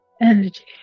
Energy